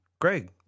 Greg